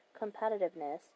competitiveness